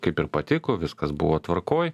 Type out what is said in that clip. kaip ir patiko viskas buvo tvarkoj